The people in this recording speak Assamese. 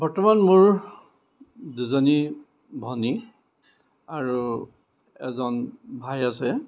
বৰ্তমান মোৰ দুজনী ভনী আৰু এজন ভাই আছে